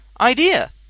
idea